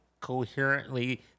coherently